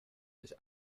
his